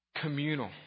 communal